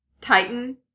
Titan